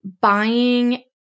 buying